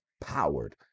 powered